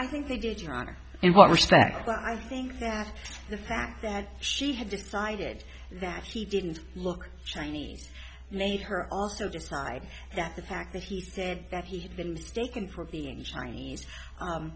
i think they did your honor and what respect i think that the fact that she had decided that he didn't look so nice made her also decide that the fact that he said that he'd been mistaken for being chinese